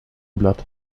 blatt